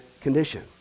condition